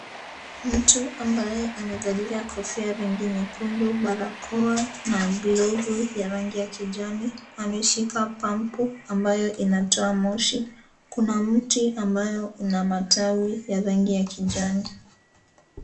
Mtu ambaye amevalia kofia ya rangi nyekundu, barakoa na glovu ya rangi ya kijani, ameshika pampu ambayo inatoa Moshi. Kuna mti ambayo ina matawi ya rangi ya kijani.